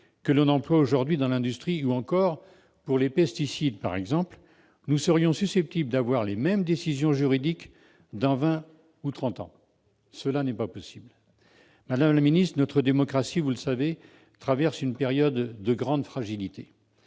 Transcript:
que l'on emploie aujourd'hui dans l'industrie, ou encore pour les pesticides, par exemple, nous serions susceptibles d'avoir les mêmes décisions juridiques dans vingt ou trente ans. Ce n'est pas possible ! Madame la ministre, notre démocratie, vous le savez, traverse une période de grande fragilité.